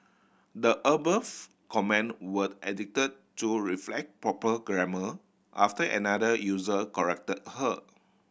the above comment were edited to reflect proper grammar after another user corrected her